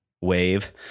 wave